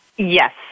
Yes